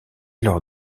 leur